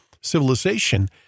civilization